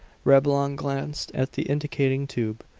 reblong glanced at the indicating tube.